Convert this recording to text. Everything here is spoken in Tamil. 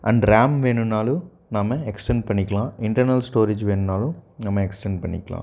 அண்ட் ரேம் வேணும்னாலும் நம்ம எக்ஸ்டெண்ட் பண்ணிக்கலாம் இன்டர்னல் ஸ்டோரேஜ் வேணும்னாலும் நம்ம எக்ஸ்ட்டண்ட் பண்ணிக்கலாம்